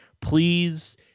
Please